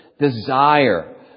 desire